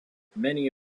many